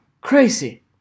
Crazy